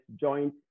joint